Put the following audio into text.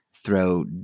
throw